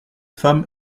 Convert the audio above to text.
femme